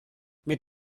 mit